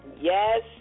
Yes